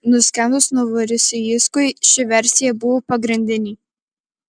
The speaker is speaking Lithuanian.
nuskendus novorosijskui ši versija buvo pagrindinė